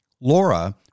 Laura